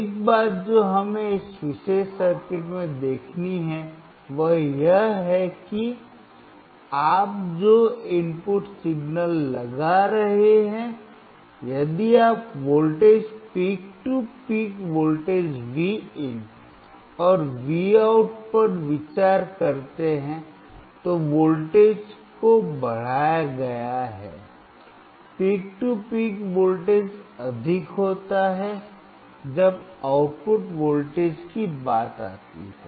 एक बात जो हमें इस विशेष सर्किट में देखनी है वह यह है कि आप जो इनपुट सिग्नल लगा रहे हैं यदि आप voltage peak to peak voltage Vin और Vout पर विचार करते हैं तो वोल्टेज को बढ़ाया गया है पीक टू पीक वोल्टेज अधिक होता है जब आउटपुट वोल्टेज की बात आती है